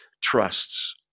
trusts